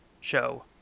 show